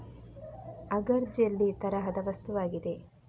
agar jelly ತರಹದ ವಸ್ತುವಾಗಿದೆ